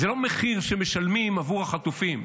זה לא מחיר שמשלמים עבור החטופים,